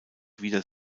wieder